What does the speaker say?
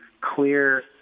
clear